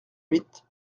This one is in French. huit